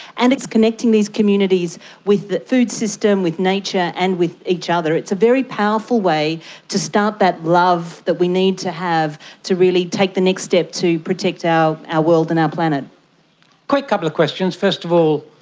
and it's connecting these communities with the food system, with nature and with each other. it's a very powerful way to start that that we need to have to really take the next step to protect our our world and our planet. a quick couple of questions. first of all,